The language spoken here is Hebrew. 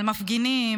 על מפגינים,